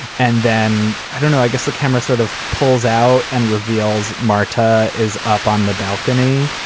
and then i don't know, i guess the camera sort of pulls out and reveals marta is up on the balcony